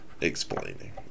explaining